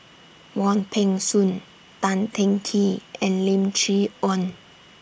Wong Peng Soon Tan Teng Kee and Lim Chee Onn